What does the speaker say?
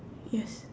yes